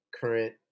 current